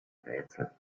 rätsel